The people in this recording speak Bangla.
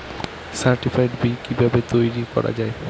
সার্টিফাইড বি কিভাবে তৈরি করা যায়?